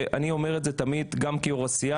ואני אומר את זה תמיד גם כיו"ר הסיעה